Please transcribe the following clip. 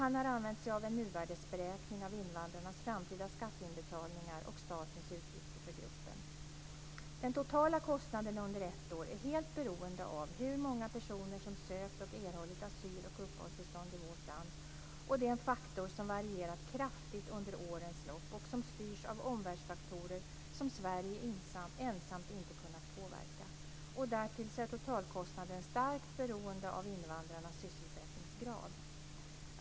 Han har använt sig av en nuvärdesberäkning av invandrarnas framtida skatteinbetalningar och statens utgifter för gruppen. Den totala kostnaden under ett år är helt beroende av hur många personer som sökt och erhållit asyl och uppehållstillstånd i vårt land. Det är en faktor som varierat kraftigt under årens lopp och som styrs av omvärldsfaktorer som Sverige ensamt inte kunnat påverka. Därtill är totalkostnaden starkt beroende av invandrarnas sysselsättningsgrad.